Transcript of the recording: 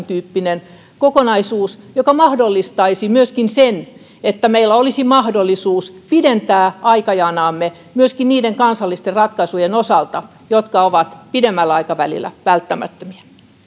tyyppinen kokonaisuus joka mahdollistaisi myöskin sen että meillä olisi mahdollisuus pidentää aikajanaamme myöskin niiden kansallisten ratkaisujen osalta jotka ovat pidemmällä aikavälillä välttämättömiä